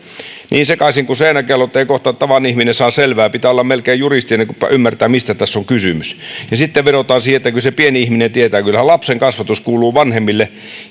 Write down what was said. niin sekaisin kuin seinäkello että ei kohta tavallinen ihminen saa selvää pitää olla melkein juristi ennen kuin ymmärtää mistä tässä on kysymys ja sitten vedotaan siihen että kyllä se pieni ihminen tietää kyllähän lapsen kasvatus kuuluu vanhemmille